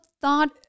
thought